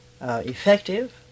effective